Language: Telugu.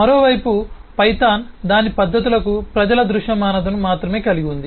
మరోవైపు పైథాన్ దాని పద్ధతులకు ప్రజల దృశ్యమానతను మాత్రమే కలిగి ఉంది